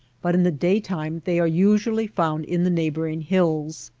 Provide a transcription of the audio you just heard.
but in the daytime they are usually found in the neighboring hills.